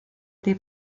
dei